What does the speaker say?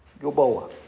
Gilboa